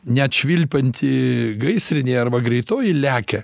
net švilpianti gaisrinė arba greitoji lekia